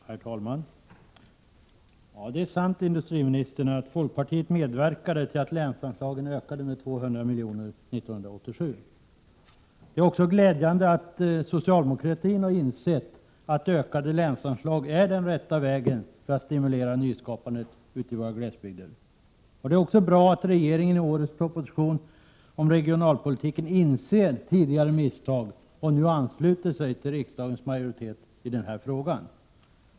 Herr talman! Det är sant, industriministern, att folkpartiet medverkade till att länsanslagen ökade med 200 milj.kr. år 1987. Det är glädjande att socialdemokraterna har insett att ökade länsanslag är den rätta vägen att gå för att stimulera nyskapande i våra glesbygder. Det är också bra att regeringen insett tidigare misstag och i årets proposition om regionalpolitiken ansluter sig till riksdagens majoritet i denna fråga.